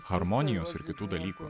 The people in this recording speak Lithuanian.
harmonijos ir kitų dalykų